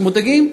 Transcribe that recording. שמודאגים,